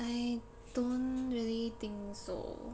I don't really think so